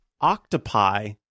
octopi